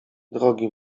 drogi